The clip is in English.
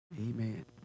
Amen